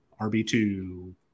RB2